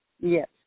Yes